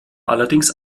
allerdings